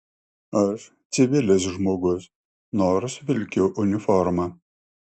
aš civilis žmogus nors vilkiu uniformą